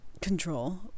control